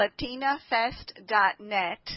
latinafest.net